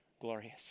glorious